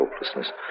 hopelessness